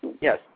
Yes